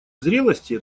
зрелости